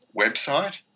website